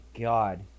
God